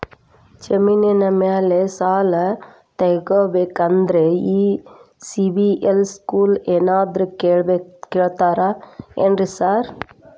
ಜಮೇನಿನ ಮ್ಯಾಲೆ ಸಾಲ ತಗಬೇಕಂದ್ರೆ ಈ ಸಿಬಿಲ್ ಸ್ಕೋರ್ ಏನಾದ್ರ ಕೇಳ್ತಾರ್ ಏನ್ರಿ ಸಾರ್?